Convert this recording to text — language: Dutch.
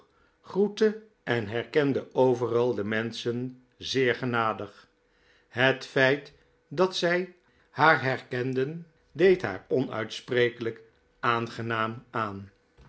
groette en herkende overal de menschen zeer genadig het feit dat zij haar herkenden deed haar onuitsprekelijk aangenaam aan